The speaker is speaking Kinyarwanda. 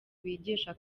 bigisha